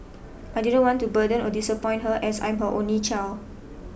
I didn't want to burden or disappoint her as I'm her only child